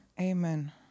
Amen